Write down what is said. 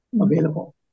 available